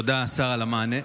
תודה, השר, על המענה.